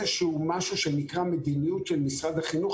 משהו שנקרא מדיניות של משרד החינוך